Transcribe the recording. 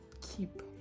keep